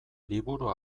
liburua